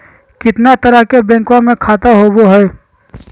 कितना तरह के बैंकवा में खाता होव हई?